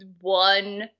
one